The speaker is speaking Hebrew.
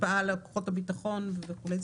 השפעה על כוחות הביטחון וכולי.